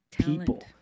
people